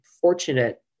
fortunate